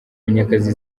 munyakazi